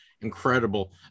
incredible